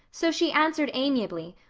so she answered amiably,